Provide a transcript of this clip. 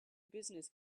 business